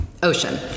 Ocean